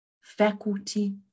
faculty